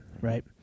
right